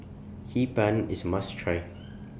Hee Pan IS A must Try